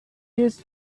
use